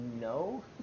No